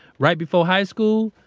right before high school,